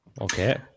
Okay